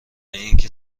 اینکه